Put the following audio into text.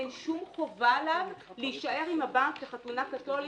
אין שום חובה עליו להישאר עם הבנק כחתונה קתולית.